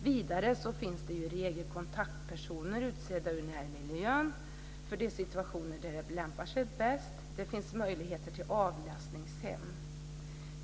Vidare finns det i regel kontaktpersoner utsedda ur närmiljön för de situationer då det lämpar sig bäst. Det finns också möjlighet till avlastningshem.